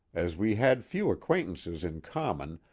as we had few acquaintances in common,